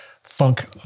Funk